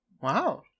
Wow